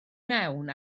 mewn